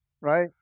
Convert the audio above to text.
Right